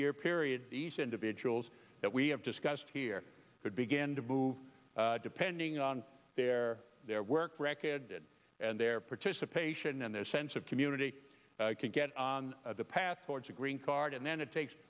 year period these individuals that we have discussed here could begin to move depending on their their work record and their participation and their sense of community could get on the path towards a green card and then it takes